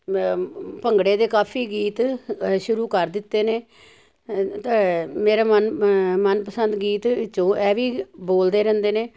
ਭੰਗੜੇ ਦੇ ਕਾਫ਼ੀ ਗੀਤ ਸ਼ੁਰੂ ਕਰ ਦਿੱਤੇ ਨੇ ਅਤੇ ਮੇਰਾ ਮਨ ਮਨਪਸੰਦ ਗੀਤ ਵਿੱਚੋਂ ਐਹ ਵੀ ਬੋਲਦੇ ਰਹਿੰਦੇ ਨੇ